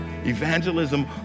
evangelism